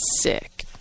Sick